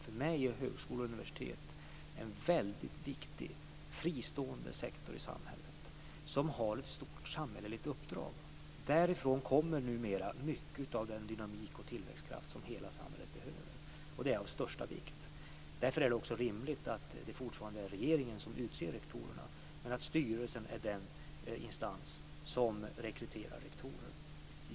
För mig är högskolor och universitet en väldigt viktig, fristående sektor i samhället, som har ett stort samhälleligt uppdrag. Därifrån kommer numera mycket av den dynamik och tillväxtkraft som hela samhället behöver. Det är av största vikt. Därför är det också rimligt att det fortfarande är regeringen som utser rektorerna, men att styrelsen är den instans som rekryterar rektorer.